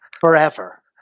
forever